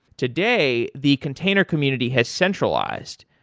today, the container community has centralized.